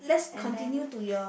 and then